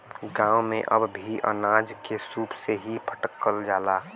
गांव में अब भी अनाज के सूप से ही फटकल जाला